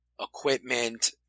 equipment